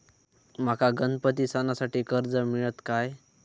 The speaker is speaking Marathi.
माका गणपती सणासाठी कर्ज मिळत काय?